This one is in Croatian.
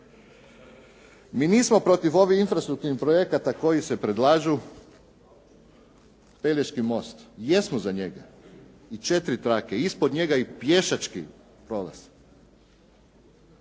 Mi nismo protiv ovih infrastrukturnih projekata koji se predlažu. Pelješki most, jesmo za njega i četiri trake i ispod njega i pješački prolaz.